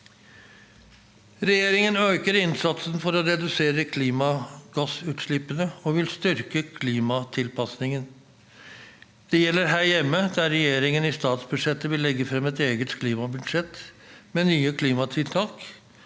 Regjeringen øker innsatsen for å redusere klimagassutslippene og vil styrke klimatilpasningen. Det gjelder her hjemme, der regjeringen i statsbudsjettet vil legge frem et eget klimabudsjett med nye klimatiltak,